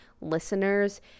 listeners